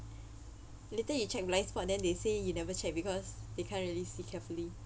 later you check blind spot then they say you never check because they can't really see carefully